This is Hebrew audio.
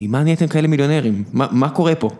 ממה נהייתם כאלה מיליונרים? מה קורה פה?